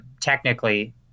Technically